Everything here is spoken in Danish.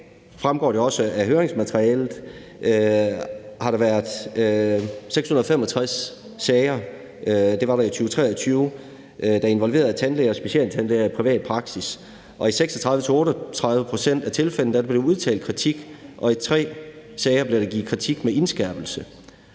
fremgår også af høringsmaterialet – der involverede tandlæger og specialtandlæger i privat praksis, og i 36-38 pct. af tilfældene blev der udtalt kritik, og i tre sager blev der givet kritik med indskærpelse.